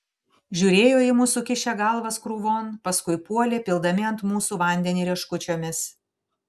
žiūrėjo į mus sukišę galvas krūvon paskui puolė pildami ant mūsų vandenį rieškučiomis